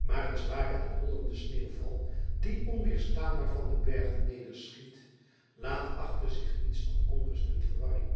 maar een zware en hollende sneeuwval die onweerstaanbaar van de bergen nederschiet laat achter zich niets dan onrust en verwarring